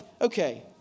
okay